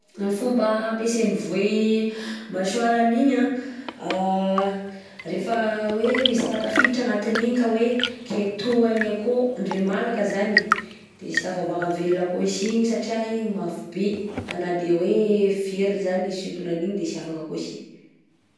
Ny fomba ampiasain'ny voay mâchoire-ny igny anh rehefa hoe misy raha tafiditra agnatin'iny ka hoe ketohany akao, indray malaka zany de sy tafavoaka velona akao si igny satria igny mafy bi na de hoe vy ary zany ny hisintona an'igny de sy afaka koa si.